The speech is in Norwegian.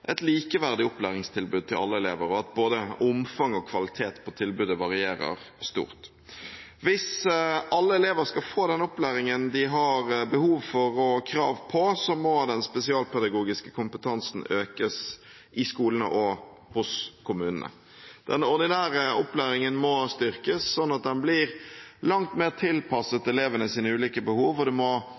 et likeverdig opplæringstilbud til alle elever, og at både omfang av og kvalitet på tilbudet varierer stort. Hvis alle elever skal få den opplæringen de har behov for og krav på, må den spesialpedagogiske kompetansen økes i skolene og hos kommunene. Den ordinære opplæringen må styrkes, sånn at den blir langt mer tilpasset elevenes ulike behov, og det må